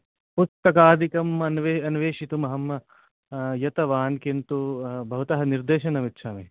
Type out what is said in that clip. पुस्तकादिकं अन्वेषितुं अहं यतवान् किन्तु भवतः निर्देशनं इच्छामि